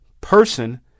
person